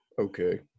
Okay